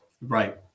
Right